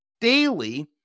daily